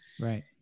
Right